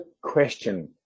question